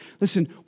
listen